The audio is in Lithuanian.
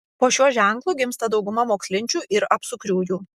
po šiuo ženklu gimsta dauguma mokslinčių ir apsukriųjų